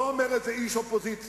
לא אומר את זה איש אופוזיציה.